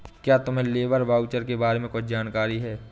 क्या तुम्हें labour voucher के बारे में कुछ जानकारी है?